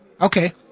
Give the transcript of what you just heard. Okay